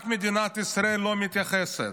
רק מדינת ישראל לא מתייחסת.